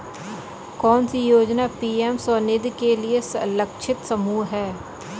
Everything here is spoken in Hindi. कौन सी योजना पी.एम स्वानिधि के लिए लक्षित समूह है?